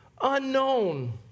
unknown